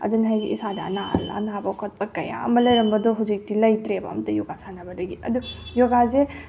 ꯑꯗꯨꯅ ꯍꯥꯏꯗꯤ ꯏꯁꯥꯗ ꯑꯅꯥ ꯑꯅꯥꯕ ꯈꯣꯠꯄ ꯀꯌꯥ ꯑꯃ ꯂꯩꯔꯝꯕꯗꯣ ꯍꯧꯖꯤꯛꯇꯤ ꯂꯩꯇ꯭ꯔꯦꯕ ꯑꯃꯇ ꯌꯣꯒꯥ ꯁꯥꯟꯅꯕꯗꯒꯤ ꯑꯗꯨ ꯌꯣꯒꯥꯁꯦ